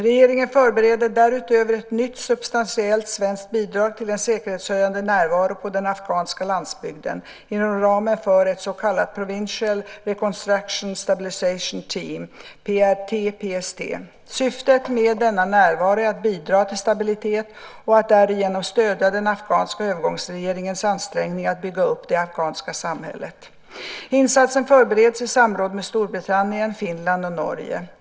Regeringen förbereder därutöver ett nytt substantiellt svenskt bidrag till en säkerhetshöjande närvaro på den afghanska landsbygden inom ramen för ett så kallat provincial reconstruction PST. Syftet med denna närvaro är att bidra till stabilitet och att därigenom stödja den afghanska övergångsregeringens ansträngningar att bygga upp det afghanska samhället. Insatsen förbereds i samråd med Storbritannien, Finland och Norge.